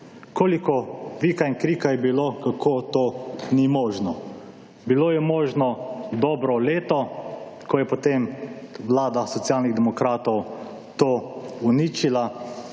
koliko vika in krika je bilo, kako to ni možno. Bilo je možno dobro leto, ko je potem vlada Socialnih demokratov to uničila,